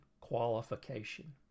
qualification